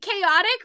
chaotic